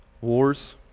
Wars